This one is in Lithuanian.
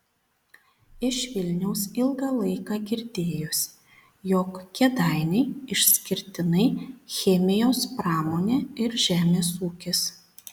iš vilniaus ilgą laiką girdėjosi jog kėdainiai išskirtinai chemijos pramonė ir žemės ūkis